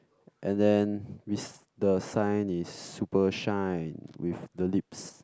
and then the sign is super shine with the lips